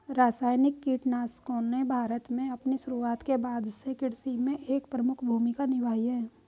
रासायनिक कीटनाशकों ने भारत में अपनी शुरुआत के बाद से कृषि में एक प्रमुख भूमिका निभाई है